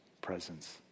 presence